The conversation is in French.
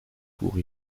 pour